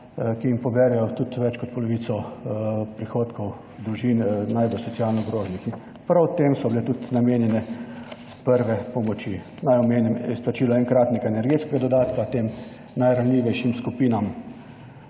ki jim poberejo tudi več kot polovico prihodkov družin najbolj socialno ogroženih. In prav tem so bile tudi namenjene prve pomoči. Naj omenim izplačilo enkratnega energetskega dodatka tem najranljivejšim skupinam,